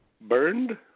burned